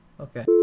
Okay